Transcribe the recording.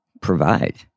provide